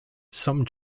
some